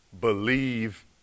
believe